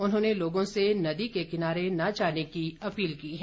उन्होंने लोगों से नदी के किनारे न जाने की अपील की है